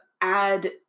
add